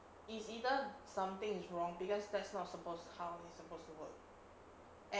it's either something is wrong because that's not supposed how they supposed to work and